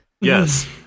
Yes